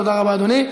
תודה רבה, אדוני.